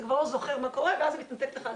אתה כבר לא זוכר מה קורה ואז מתנתקת לך השיחה.